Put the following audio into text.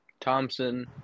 Thompson